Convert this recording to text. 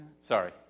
Sorry